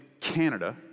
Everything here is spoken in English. Canada